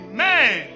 Amen